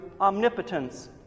omnipotence